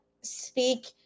speak